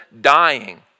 dying